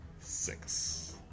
six